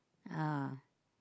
ah